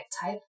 type